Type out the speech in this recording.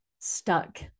stuck